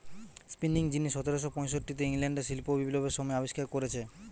spinning যিনি সতেরশ পয়ষট্টিতে ইংল্যান্ডে শিল্প বিপ্লবের সময় আবিষ্কার কোরেছে